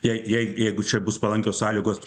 jei jei jeigu čia bus palankios sąlygos